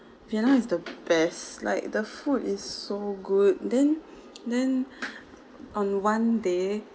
vietnam is the best like the food is so good then then on one day